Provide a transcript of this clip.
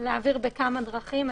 להעביר בכמה דרכים,